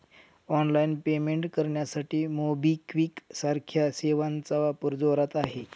online payment करण्यासाठी MobiKwik सारख्या सेवांचा वापर जोरात आहे